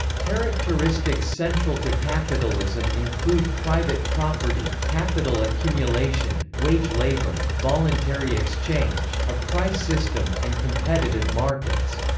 characteristics central to capitalism include private property, capital accumulation, wage labor, voluntary exchange, a price system, and competitive markets.